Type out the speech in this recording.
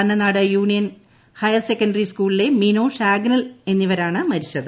Annad union higher secondary സ്കൂളിലെ Minosh Agnes എന്നിവരാണ് മരിച്ചത്